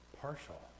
partial